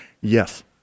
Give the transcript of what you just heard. yes